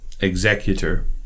executor